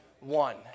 one